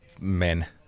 men